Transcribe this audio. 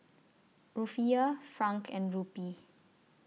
Rufiyaa Franc and Rupee